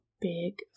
big